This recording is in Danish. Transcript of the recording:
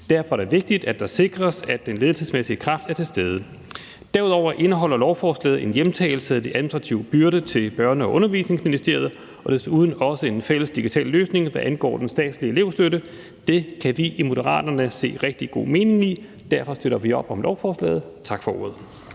Derfor er det vigtigt, at det sikres, at den ledelsesmæssige kraft er til stede. Derudover indeholder lovforslaget en hjemtagelse af de administrative byrder til Børne- og Undervisningsministeriet, og desuden også en fælles digital løsning, hvad angår den statslige elevstøtte. Det kan vi i Moderaterne se rigtig god mening i. Derfor støtter vi op om lovforslaget. Tak for ordet.